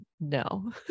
no